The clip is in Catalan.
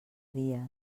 dies